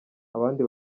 abandi